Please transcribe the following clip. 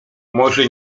może